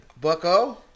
Bucko